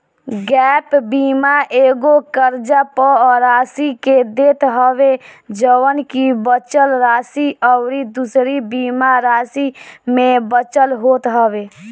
gap बीमा एगो कर्जा पअ राशि के देत हवे जवन की बचल राशि अउरी दूसरी बीमा राशि में बचल होत हवे